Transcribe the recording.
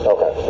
Okay